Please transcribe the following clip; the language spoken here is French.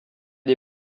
des